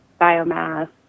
biomass